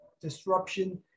disruption